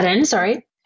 sorry